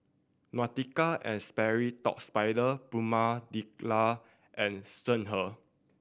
Nautica and Sperry Top Sider Prima and Songhe